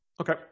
Okay